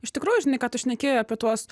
iš tikrųjų žinai ką tu šneki apie tuos